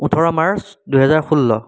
ওঠৰ মাৰ্চ দুহেজাৰ ষোল্ল